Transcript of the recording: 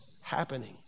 happening